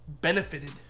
benefited